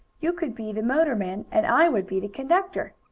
you could be the motorman and i would be the conductor.